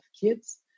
kids